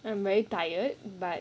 I am very tired but